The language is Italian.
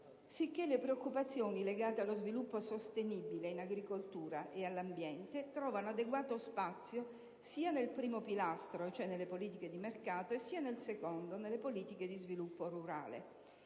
Sicché le preoccupazioni legate allo sviluppo sostenibile in agricoltura e all'ambiente trovano adeguato spazio, sia nel primo pilastro (cioè nelle politiche di mercato) sia nel secondo (nelle politiche di sviluppo rurale).